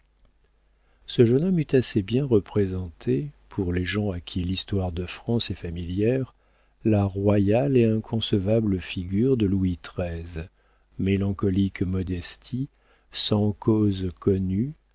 ce jeune homme eût assez bien représenté pour les gens à qui l'histoire de france est familière la royale et inconcevable figure de louis xiii mélancolique modestie sans cause connue